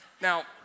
now